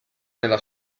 nella